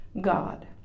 God